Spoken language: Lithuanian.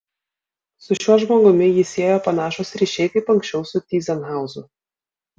su šiuo žmogumi jį siejo panašūs ryšiai kaip anksčiau su tyzenhauzu